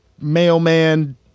mailman